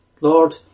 Lord